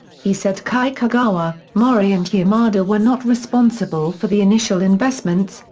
he said kikugawa, mori and yamada were not responsible for the initial investments,